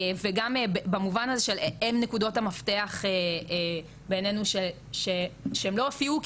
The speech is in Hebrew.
וגם במובן הזה של הן נקודות המפתח בינינו שהם לא הופיעו,